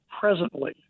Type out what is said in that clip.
presently